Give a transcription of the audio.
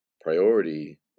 priority